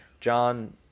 John